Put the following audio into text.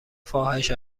فاحش